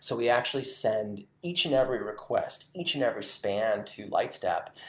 so we actually send each and every request, each and every span to lightstep.